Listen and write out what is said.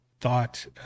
thought